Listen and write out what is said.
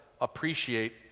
appreciate